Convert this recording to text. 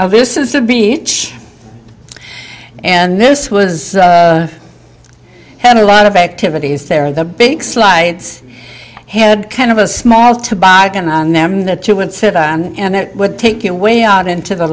of this is the beach and this was had a lot of activities there the big slides had kind of a small toboggan on them that you would sit on and it would take it way out into the